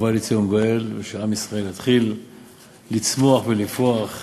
ובא לציון גואל, ושעם ישראל יתחיל לצמוח ולפרוח